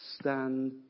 stand